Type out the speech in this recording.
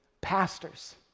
pastors